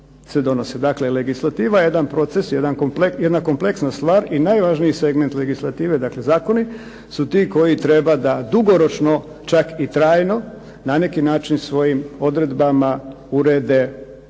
Dakle, legislativa je jedan proces, jedna kompleksna stvar i najvažniji proces legislative znači zakoni su ti koji treba da dugoročno čak i trajno na neki način odredbama urede